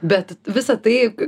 bet visą tai